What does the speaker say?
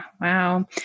Wow